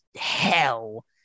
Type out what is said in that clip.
hell